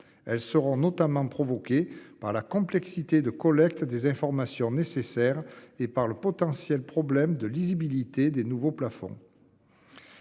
elles seront notamment provoqué par la complexité de collecte des informations nécessaires et par le potentiel, problème de lisibilité des nouveaux plafonds.